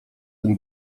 tym